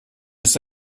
ist